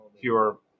pure